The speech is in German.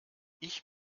ich